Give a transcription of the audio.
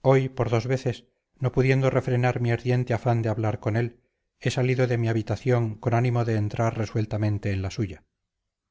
hoy por dos veces no pudiendo refrenar mi ardiente afán de hablar con él he salido de mi habitación con ánimo de entrar resueltamente en la suya